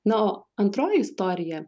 na o antroji istorija